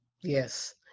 Yes